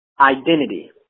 Identity